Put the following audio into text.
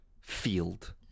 field